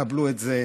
קבלו את זה.